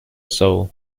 soul